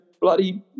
bloody